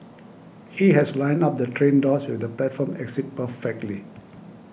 he has lined up the train doors with the platform exit perfectly